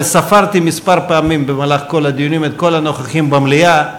אבל ספרתי כמה פעמים במהלך כל הדיונים את כל הנוכחים במליאה,